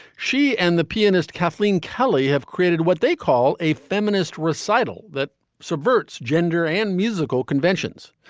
she and the pianist kathleen kelly have created what they call a feminist recital that subverts gender and musical conventions.